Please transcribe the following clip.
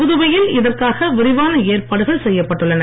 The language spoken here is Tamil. புதுவையில் இதற்காக விரிவான ஏற்பாடுகள் செய்யப்பட்டுள்ளன